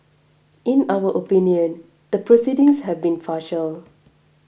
in our opinion the proceedings have been farcical